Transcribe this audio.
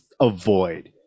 avoid